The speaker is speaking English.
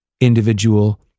individual